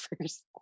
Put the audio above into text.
first